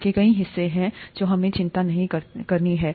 इसके कई हिस्से हैं जो हमें चिंता नहीं करते हैं